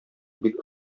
бик